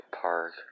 Park